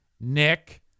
Nick